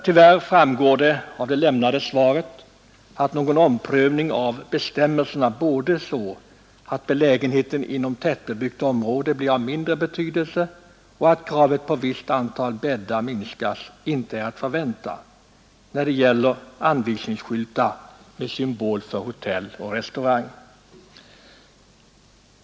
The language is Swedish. Tyvärr framgår av det lämnade svaret att någon omprövning av bestämmelserna både så att belägenheten inom tättbebyggt område blir av mindre betydelse och att kravet på visst antal bäddar minskas inte är att förvänta när det gäller anvisningsskyltar med symbol för hotell och restaurang.